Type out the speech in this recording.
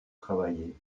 travailler